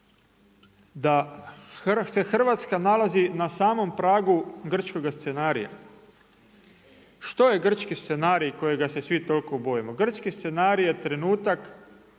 da se Hrvatska nalazi na samom pragu grčkog scenarija. Što je grčki scenarij kojega se svi toliko bojimo? Grčki scenarij je trenutak